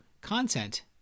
content